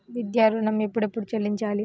విద్యా ఋణం ఎప్పుడెప్పుడు చెల్లించాలి?